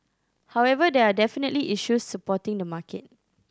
however there are definitely issues supporting the market